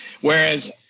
whereas